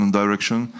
direction